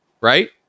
right